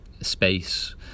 space